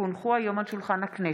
כי הונחו היום על שולחן הכנסת,